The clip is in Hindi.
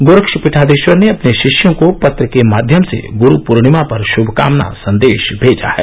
गोरक्षपीठाधीश्वर ने अपने शिष्यों को पत्र के माध्यम से ग्रू पूर्णिमा पर श्भकामना संदेश भेजा है